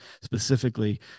specifically